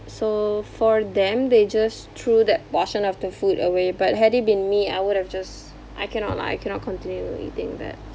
so for them they just threw that portion of the food away but had it been me I would have just I cannot lah I cannot continue eating that